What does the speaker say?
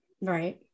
Right